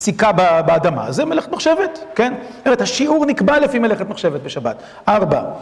יציקה באדמה, אז זה מלאכת מחשבת, כן? האמת, השיעור נקבע לפי מלאכת מחשבת בשבת. ארבע.